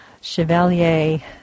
Chevalier